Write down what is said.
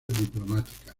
diplomáticas